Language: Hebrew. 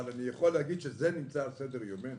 אני יכול להגיד שזה נמצא על סדר יומנו.